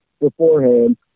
beforehand